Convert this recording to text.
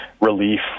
relief